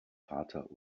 vater